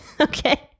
Okay